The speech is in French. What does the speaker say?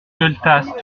gueltas